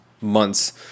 months